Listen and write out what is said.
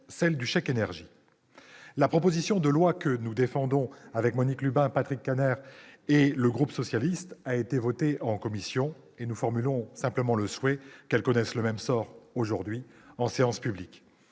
du chèque énergie. La proposition de loi que je défends avec Monique Lubin, Patrick Kanner et le groupe socialiste a été votée par la commission, et je formule simplement le souhait qu'elle connaisse le même sort aujourd'hui en séance publique.